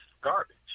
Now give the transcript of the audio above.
garbage